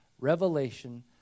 revelation